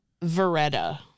Veretta